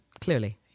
Clearly